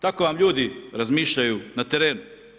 Tako vam ljudi razmišljaju na terenu.